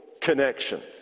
connection